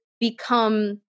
become